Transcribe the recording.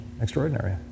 extraordinary